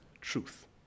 truth